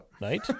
night